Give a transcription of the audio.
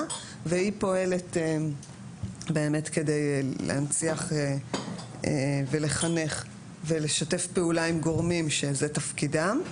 והיא פועלת באמת כדי להנציח ולחנך ולשתף פעולה עם גורמים שזה תפקידם,